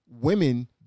women